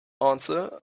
answer